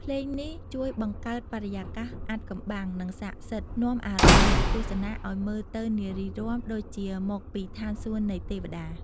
ភ្លេងនេះជួយបង្កើតបរិយាកាសអាថ៌កំបាំង និងស័ក្តិសិទ្ធិ នាំអារម្មណ៍អ្នកទស្សនាឲ្យមើលទៅនារីរាំ ដូចជាមកពីឋានសួគ៌នៃទេវតា។